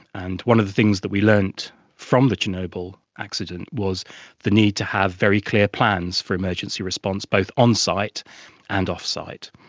and one of the things that we learned from the chernobyl accident was the need to have very clear plans for emergency response, both on-site and off-site.